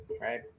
right